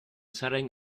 setting